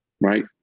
right